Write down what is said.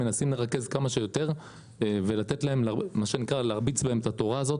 מנסים לרכז כמה שיותר ולתת להם מה שנקרא להרביץ בהם את התורה הזאת.